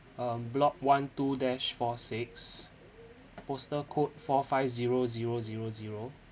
um block one two dash four six postal code four five zero zero zero zero